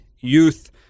youth